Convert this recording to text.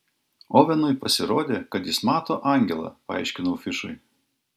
ovenui pasirodė kad jis mato angelą paaiškinau fišui